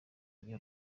gihe